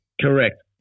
Correct